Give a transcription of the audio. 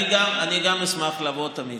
אני גם אשמח לבוא תמיד.